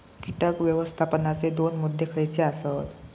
कीटक व्यवस्थापनाचे दोन मुद्दे खयचे आसत?